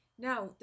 Now